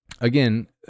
again